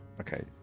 Okay